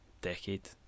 decade